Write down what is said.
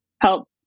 help